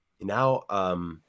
now